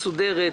מסודרת,